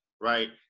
right